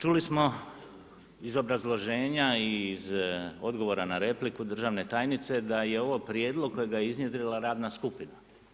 Čuli smo iz obrazloženja i iz odgovora na repliku državne tajnice da je ovo prijedlog kojega je iznjedrila radna skupina.